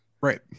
Right